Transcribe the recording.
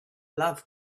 love